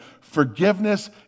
forgiveness